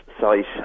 site